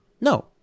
No